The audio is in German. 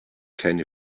keine